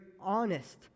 honest